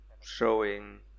showing